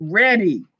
ready